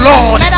Lord